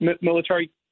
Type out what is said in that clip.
military